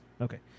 Okay